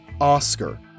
Oscar